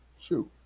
shoot